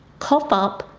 cough up.